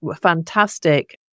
fantastic